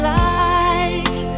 light